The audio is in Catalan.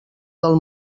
del